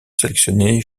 sélectionnés